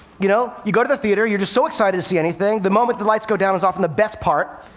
you know? you go to the theater, you're just so excited to see anything. the moment the lights go down is often the best part.